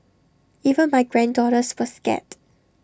even my granddaughters were scared